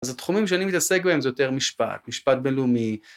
אז התחומים שאני מתעסק בהם זה יותר משפט, משפט בינלאומי.